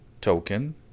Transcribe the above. token